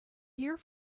here